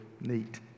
neat